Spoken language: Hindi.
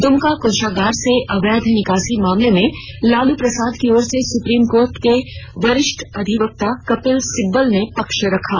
दुमका कोषागार से अवैध निकासी मामले में लालू प्रसाद की ओर से सुप्रीम कोर्ट के वरिष्ठ अधिवक्ता कपिल सिब्बल ने पक्ष रखा